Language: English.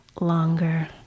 longer